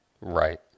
Right